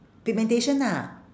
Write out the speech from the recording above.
pigmentation ah